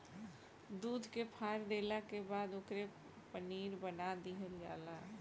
दूध के फार देला के बाद ओकरे पनीर बना दीहल जला